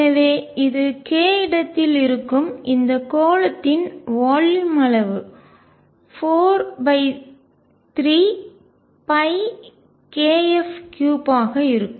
எனவே இது k இடத்தில் இருக்கும் இந்த கோளத்தின் வால்யூம் அளவு 43kF3 ஆக இருக்கும்